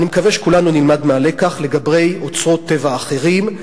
אני מקווה שכולנו נלמד מהלקח לגבי אוצרות טבע אחרים.